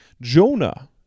Jonah